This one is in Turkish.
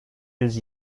yüz